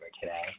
today